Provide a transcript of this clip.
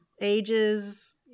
Ages